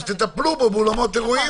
ואז באותם מקרים,